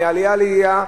מעלייה לעלייה,